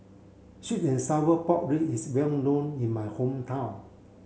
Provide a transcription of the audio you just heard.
sweet and sour pork rib is well known in my hometown